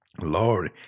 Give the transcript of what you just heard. Lord